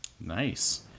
nice